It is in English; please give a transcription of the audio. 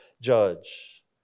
judge